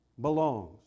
belongs